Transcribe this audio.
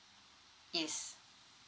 yes